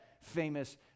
famous